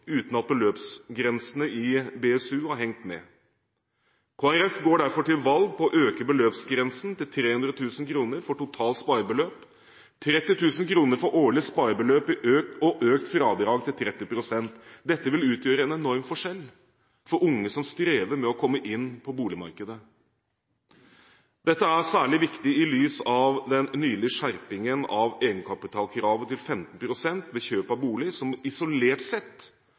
uten at beløpsgrensene i BSU har hengt med. Kristelig Folkeparti går derfor til valg på å øke beløpsgrensen til 300 000 kr for totalt sparebeløp, 30 000 kr for årlig sparebeløp og økt fradrag til 30 pst. Dette vil utgjøre en enorm forskjell for unge som strever med å komme inn på boligmarkedet. Dette er særlig viktig i lys av den nylige skjerpingen av egenkapitalkravet til 15 pst. ved kjøp av bolig, som isolert sett